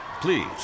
Please